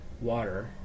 water